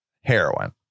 heroin